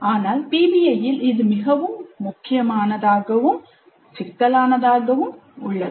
ஆனால் PBIஇல் இது மிகவும் முக்கியமானதாகவும் சிக்கலானதாகவும் உள்ளது